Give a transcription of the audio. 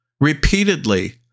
repeatedly